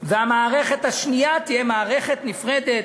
והמערכת השנייה תהיה מערכת נפרדת.